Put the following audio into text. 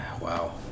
Wow